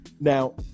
Now